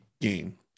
game